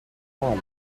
mall